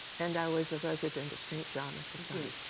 and i was a resident of st. john at the time.